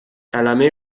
کلمه